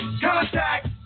contact